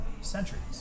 centuries